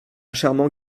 charmant